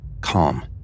Calm